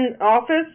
office